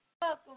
Welcome